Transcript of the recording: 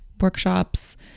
workshops